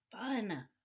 fun